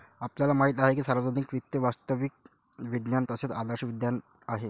आपल्याला माहित आहे की सार्वजनिक वित्त वास्तविक विज्ञान तसेच आदर्श विज्ञान आहे